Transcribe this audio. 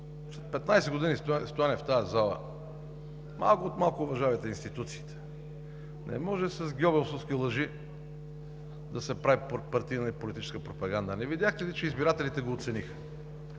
15 години стоене в тази зала. Малко от малко уважавайте институциите. Не може с гьобелски лъжи да се прави партийна и политическа пропаганда! Не видяхте ли, че избирателите го оцениха?